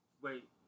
Wait